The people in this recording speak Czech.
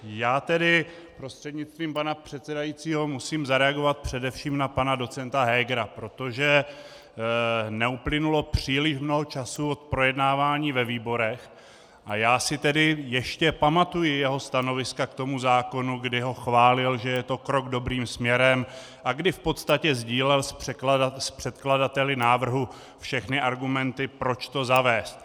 Já tedy prostřednictvím pana předsedajícího musím zareagovat především na pana docenta Hegera, protože neuplynulo příliš mnoho času od projednávání ve výborech a já si tedy ještě pamatuji jeho stanoviska k tomu zákonu, kdy ho chválil, že je to krok dobrým směrem, a kdy v podstatě sdílel s předkladateli návrhu všechny argumenty, proč to zavést.